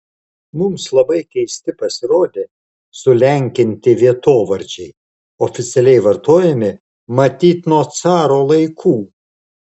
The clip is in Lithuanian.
mums labai keisti pasirodė sulenkinti vietovardžiai oficialiai vartojami matyt nuo caro laikų